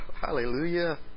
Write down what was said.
Hallelujah